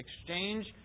Exchange